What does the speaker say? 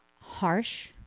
harsh